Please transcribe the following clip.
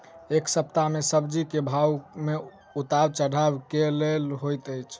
एक सप्ताह मे सब्जी केँ भाव मे उतार चढ़ाब केल होइ छै?